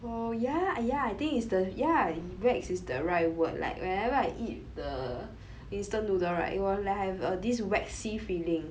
oh ya ya I think is the ya wax is the right word like whenever I eat the instant noodle right you will like have uh this waxy feeling